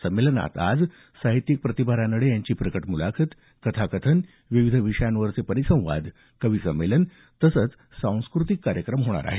संमेलनात आज साहित्यिक प्रतिभा रानडे यांची प्रकट मुलाखत कथाकथन विविध विषयांवरचे परिसंवाद कविसंमेलन तसंच सांस्कृतिक कार्यक्रम होणार आहेत